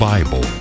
Bible